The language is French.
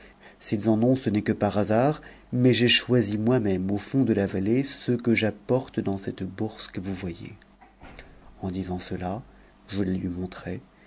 s'ils en ont ce n'est que par hasard mais j'ai choisi moi-même au fond de la vallée ceux que j'apporte dans c bourse que vous voyez en disant cela je la lui montrai